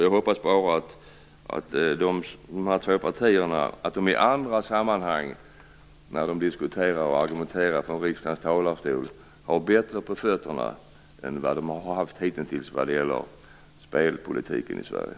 Jag hoppas bara att dessa två partier i andra sammanhang när de argumenterar från riksdagens talarstol har bättre på fötterna än vad de har haft hitintills vad gäller spelpolitiken i Sverige.